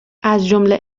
ازجمله